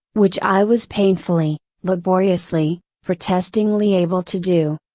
which i was painfully, laboriously, protestingly able to do.